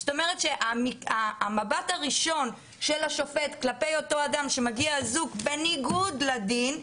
זאת אומרת שהמבט הראשון של השופט כלפי אותו אדם שמגיע אזוק בניגוד לדין,